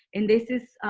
and this is